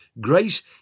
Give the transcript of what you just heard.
grace